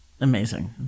amazing